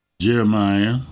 Jeremiah